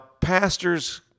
pastors